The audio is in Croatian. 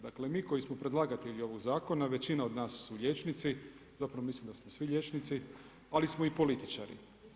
Dakle, vi koji smo predlagatelji ovoga zakona većina od nas su liječnici, zapravo mislim da smo svi liječnici, ali smo i političari.